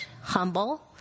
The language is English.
humble